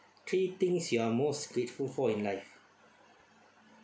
three things you are most grateful for in life